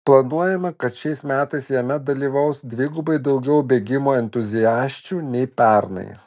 planuojama kad šiais metais jame dalyvaus dvigubai daugiau bėgimo entuziasčių nei pernai